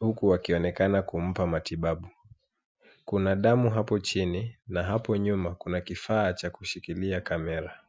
huku wakionekana kumpa matibabu. Kuna damu hapo chini na hapo nyuma kuna kifaa cha kushikilia kamera.